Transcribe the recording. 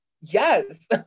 yes